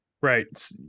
Right